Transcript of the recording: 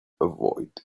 avoid